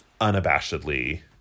unabashedly